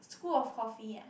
school of coffee ah